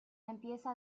empieza